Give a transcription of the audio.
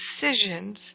decisions